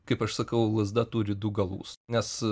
kaip aš sakau lazda turi du galus nes